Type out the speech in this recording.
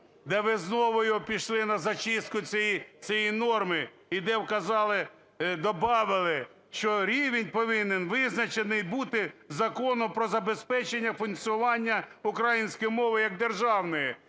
де ви знову його пішли на зачистку цієї, цієї норми, і де вказали, добавили, що рівень повинен визначений бути Законом про забезпечення функціонування української мови як державної.